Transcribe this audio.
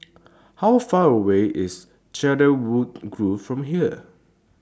How Far away IS Cedarwood Grove from here